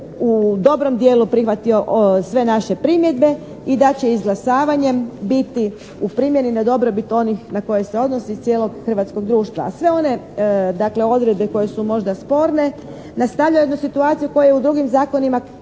u dobrom dijelu prihvatio sve naše primjedbe i da će izglasavanjem biti u primjeni na dobrobit onih na koje se odnosi i cijelog hrvatskog društva, a sve one dakle odredbe koje su možda sporne nastavlja jednu situaciju koja u drugim zakonima